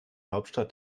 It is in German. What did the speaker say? hauptstadt